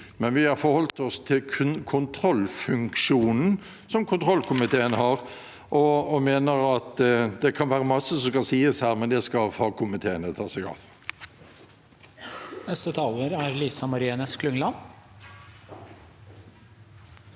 vi har kun forholdt oss til kontrollfunksjonen som kontrollkomiteen har. Det kan være mye som kan sies her, men det skal fagkomiteene ta seg av.